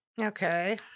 Okay